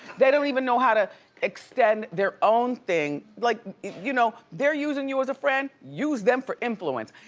they don't even know how to extend their own thing. like you know they're using you as a friend, use them for influence,